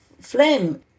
flame